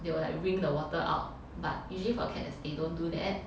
they will like wring the water out but usually for cats they don't do that